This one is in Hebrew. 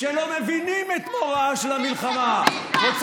שלא מבינים את מוראה של המלחמה, על מי אתה מדבר?